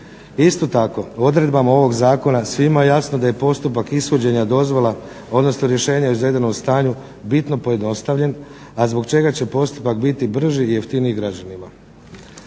Isto tako, odredbama ovog zakona svima je jasno da je postupak ishođenja dozvola, odnosno rješenja o izvedenom stanju bitno pojednostavljen, a zbog čega će postupak biti brži i jeftiniji građanima.